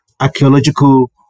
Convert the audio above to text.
archaeological